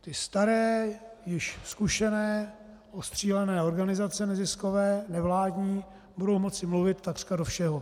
Ty staré, již zkušené ostřílené organizace neziskové, nevládní, budou moci mluvit takřka do všeho.